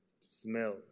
smell